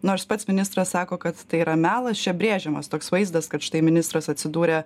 nors pats ministras sako kad tai yra melas čia brėžiamas toks vaizdas kad štai ministras atsidūrė